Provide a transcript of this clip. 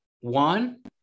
one